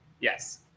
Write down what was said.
Yes